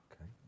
Okay